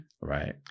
right